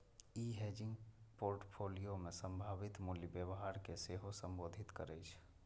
ई hedging portfolio मे संभावित मूल्य व्यवहार कें सेहो संबोधित करै छै